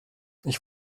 ich